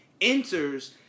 enters